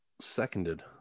Seconded